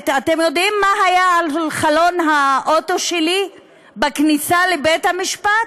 אתם יודעים מה היה על חלון האוטו שלי בכניסה לבית-המשפט?